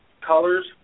colors